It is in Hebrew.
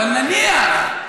אבל נניח,